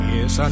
Yes